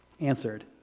answered